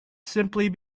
simply